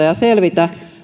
ja selvitä